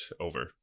over